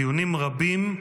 דיונים רבים,